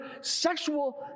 sexual